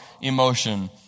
emotion